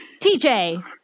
TJ